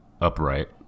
upright